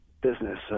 business